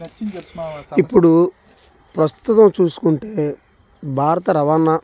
ఇప్పుడు ప్రస్తుతం చూసుకుంటే భారత రవాణా